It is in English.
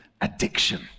addiction